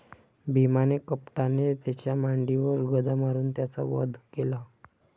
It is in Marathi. भीमाने कपटाने त्याच्या मांडीवर गदा मारून त्याचा वध केला